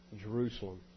Jerusalem